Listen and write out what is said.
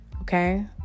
okay